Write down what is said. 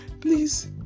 please